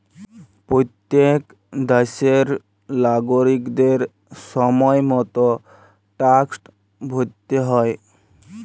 প্যত্তেক দ্যাশের লাগরিকদের সময় মত ট্যাক্সট ভ্যরতে হ্যয়